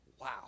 Wow